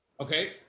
Okay